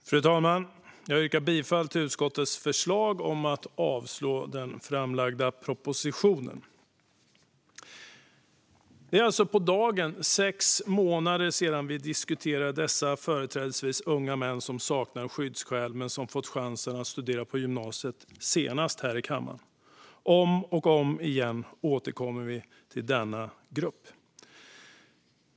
Fru talman! Jag yrkar bifall till utskottets förslag om att avslå den framlagda propositionen. Det är alltså på dagen sex månader sedan vi senast här i kammaren diskuterade dessa företrädesvis unga män som saknar skyddsskäl men som fått chansen att studera på gymnasiet. Om och om igen återkommer vi till denna grupp.